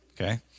okay